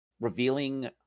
revealing